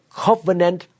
covenant